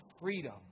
freedom